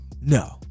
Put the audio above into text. No